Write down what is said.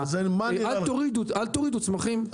אל תורידו צמחים.